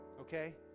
okay